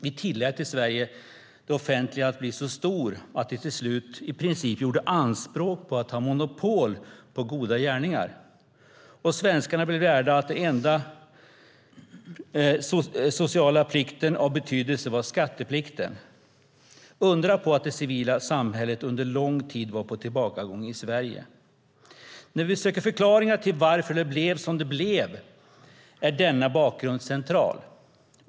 Vi tillät i Sverige det offentliga att bli så stort att det till slut i princip gjorde anspråk på att ha monopol på goda gärningar, och svenskarna blev lärda att den enda sociala plikten av betydelse var skatteplikten. Undra på att det civila samhället under lång tid var på tillbakagång i Sverige! När vi söker förklaringar till att det blev som det blev är denna bakgrund central.